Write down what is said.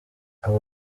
aba